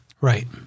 Right